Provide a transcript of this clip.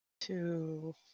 two